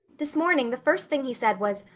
this morning the first thing he said was,